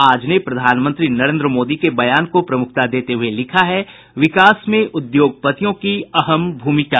आज ने प्रधानमंत्री नरेंद्र मोदी के बयान का प्रमुखता देते हुये लिखा है विकास में उद्योगपतियों की अहम भूमिका